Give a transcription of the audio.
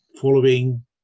following